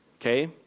Okay